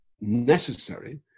necessary